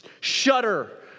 shudder